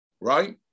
right